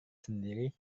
sendiri